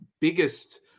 biggest